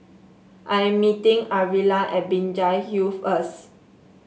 I am meeting Arvilla at Binjai Hill first